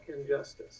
injustice